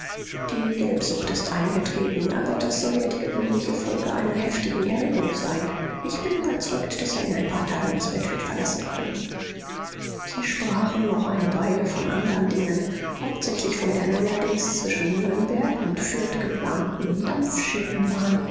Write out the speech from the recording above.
die gelbsucht ist eingetreten aber das soll ja die gewöhnliche folge einer heftigen erregung sein ich bin überzeugt daß er in ein paar tagen das bett wird verlassen können sie sprachen noch eine weile von andern dingen hauptsächlich von der neuerdings zwischen nürnberg und fürth geplanten